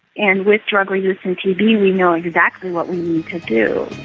and with drug resistant tb we know exactly what we need to do.